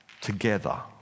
together